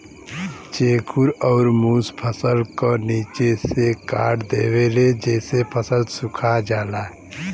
चेखुर अउर मुस फसल क निचे से काट देवेले जेसे फसल सुखा जाला